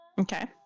Okay